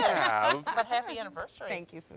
yeah um happy anniversary. thank you,